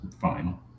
fine